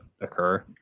occur